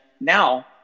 now